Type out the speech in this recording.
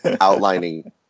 outlining